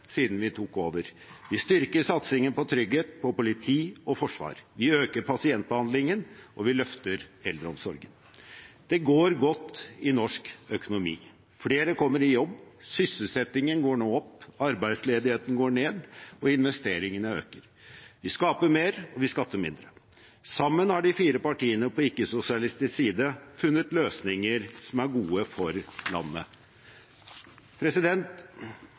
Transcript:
siden vi tok over. Vi styrker satsingen på trygghet, på politi og forsvar. Vi øker pasientbehandlingen, og vi løfter eldreomsorgen. Det går godt i norsk økonomi – flere kommer i jobb, sysselsettingen går nå opp, arbeidsledigheten går ned, og investeringene øker. Vi skaper mer, og vi skatter mindre. Sammen har de fire partiene på ikke-sosialistisk side funnet løsninger som er gode for landet.